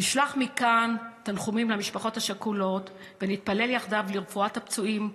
נשלח מכאן תנחומים למשפחות השכולות ונתפלל יחדיו לרפואת הפצועים,